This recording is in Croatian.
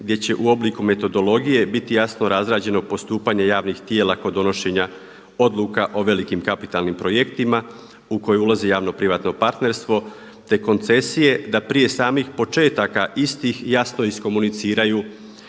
gdje će u obliku metodologije biti jasno razrađeno postupanje javnih tijela kod donošenja odluka o velikim kapitalnim projektima u koje ulazi javno-privatno partnerstvo, te koncesije da prije samih početaka istih jasno iskomuniciraju